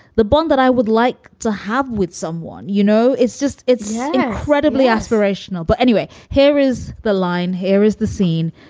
the bond that i would like to have with someone, you know, it's just it's incredibly aspirational. but anyway, here is the line. here is the scene.